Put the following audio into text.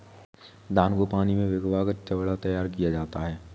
धान को पानी में भिगाकर चिवड़ा तैयार किया जाता है